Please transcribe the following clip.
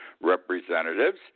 Representatives